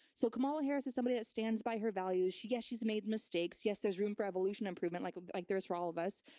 so kamala harris is somebody that stands by her values. yes, she's made mistakes. yes, there's room for evolution, improvement, like like there is for all of us.